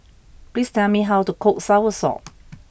please tell me how to cook Soursop